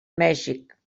mèxic